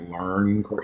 learn